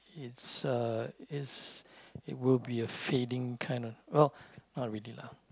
it's uh it's it will be a fading kind of well not really lah